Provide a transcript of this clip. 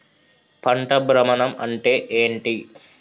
పంట భ్రమణం అంటే ఏంటి?